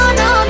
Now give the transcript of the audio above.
no